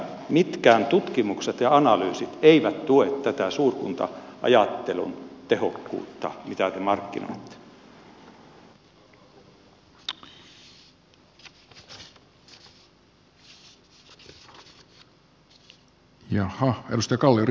mitkään tutkimukset ja analyysit eivät tue tätä suurkunta ajattelun tehokkuutta mitä te markkinoitte